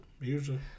usually